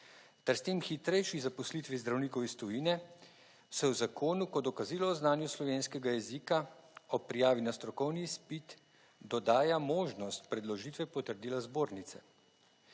s tem hitrejši zaposlitvi zdravnikov iz tujine se v zakonu kot dokazilo o znanju slovenskega jezika ob prijavi na strokovni izpit dodaja možnost predložitve potrdila zbornice.